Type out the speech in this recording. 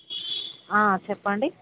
చెప్పండి